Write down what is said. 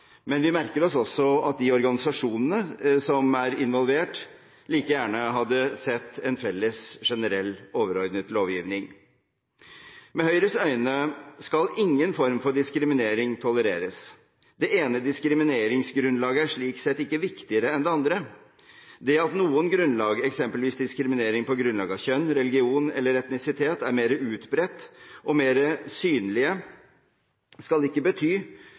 Men vi merker oss også at de organisasjonene som er involvert, like gjerne hadde sett en felles generell, overordnet lovgivning. Med Høyres øyne skal ingen form for diskriminering tolereres. Det ene diskrimineringsgrunnlaget er slik sett ikke viktigere enn det andre. Det at noen grunnlag, eksempelvis diskriminering på grunnlag av kjønn, religion eller etnisitet, er mer utbredt og mer synlig, skal ikke bety